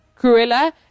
Cruella